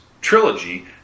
trilogy